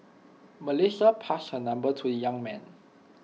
Melissa passed her number to young man